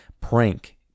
prank